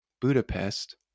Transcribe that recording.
Budapest